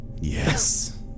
Yes